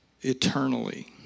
eternally